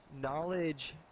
Knowledge